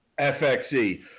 FXE